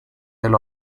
del